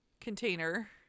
container